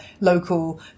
local